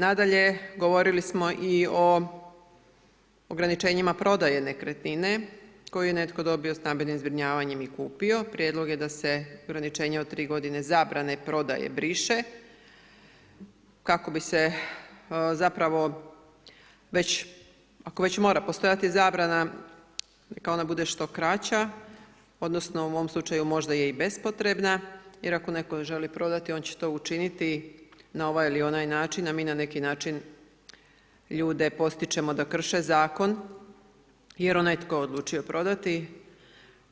Nadalje, govorili smo i o ograničenjima prodaje nekretnine koju je netko dobio stambenim zbrinjavanjem i kupio, prijedlog je da se ograničenje od 3 godine zabrane i prodaje briše, kako bi se zapravo već ako već mora postojati zabrana neka ona bude što kraća, odnosno u mom slučaju možda je i bespotrebna jer ako netko želi prodati on će to učiniti na ovaj ili onaj način a mi na neki način ljude potičemo da krši zakon jer onaj tko je odlučio prodati